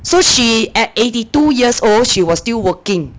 so she at eighty two years old she was still working